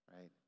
right